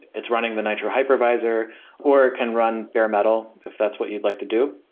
it's running the nitro hypervisor or it can run bare metal if that's what you'd like to do.